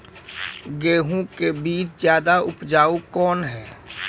गेहूँ के बीज ज्यादा उपजाऊ कौन है?